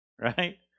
right